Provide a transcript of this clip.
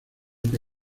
que